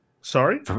Sorry